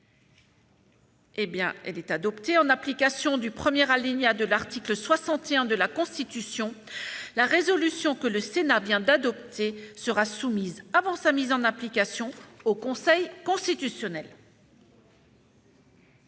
commission, modifié. En application du premier alinéa de l'article 61 de la Constitution, la résolution que le Sénat vient d'adopter sera soumise, avant sa mise en application, au Conseil constitutionnel.